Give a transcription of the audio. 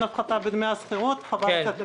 הפחתה בדמי השכירות חבל על הזמן.